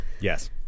Yes